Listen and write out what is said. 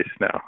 now